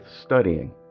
studying